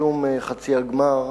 משום חצי הגמר